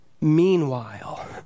meanwhile